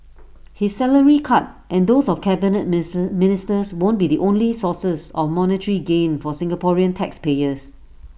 his salary cut and those of cabinet ministers won't be the only sources of monetary gain for Singaporean taxpayers